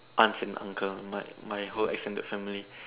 aunts and uncles my my whole extended family